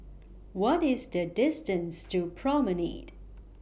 What IS The distance to Promenade